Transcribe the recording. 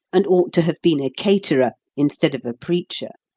and ought to have been a caterer instead of a preacher.